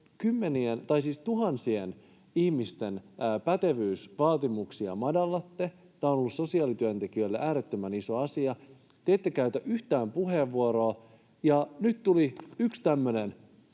tuhansien ihmisten pätevyysvaatimuksia madallatte — tämä on ollut sosiaalityöntekijöille äärettömän iso asia — ja te ette käytä yhtään puheenvuoroa. Nyt tuli yksi tämmöinen